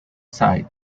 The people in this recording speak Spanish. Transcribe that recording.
side